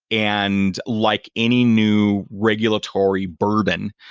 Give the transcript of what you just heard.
and like any new regulatory burden,